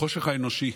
החושך האנושי,